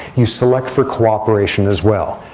you select for cooperation as well.